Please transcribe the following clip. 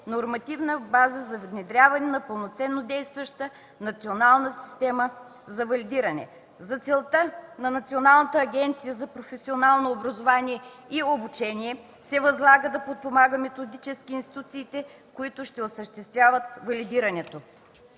нормативната база за внедряване на пълноценно действаща национална система за валидиране. За целта на Националната агенция за професионално образование и обучение се възлага да подпомага методически институциите, които ще осъществяват валидирането.